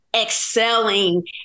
excelling